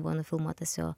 buvo nufilmuotas jo